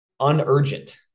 unurgent